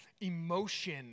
emotion